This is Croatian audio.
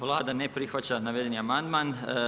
Vlada ne prihvaća navedeni amandman.